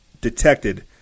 detected